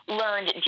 learned